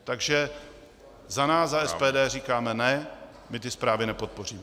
Takže za nás, za SPD, říkáme ne, my ty zprávy nepodpoříme.